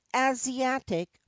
asiatic